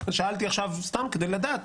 שאלתי סתם עכשיו כדי לדעת,